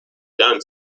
done